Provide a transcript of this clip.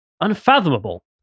Unfathomable